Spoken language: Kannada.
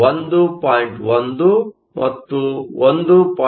1 ಮತ್ತು 1